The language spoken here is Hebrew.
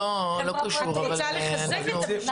לא, ממש לא, אני רוצה לחזק את המשטרה.